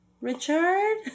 Richard